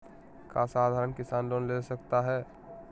क्या साधरण किसान लोन ले सकता है?